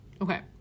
okay